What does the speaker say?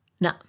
No